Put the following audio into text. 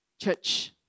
church